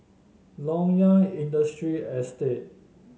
Loyang Industry Estate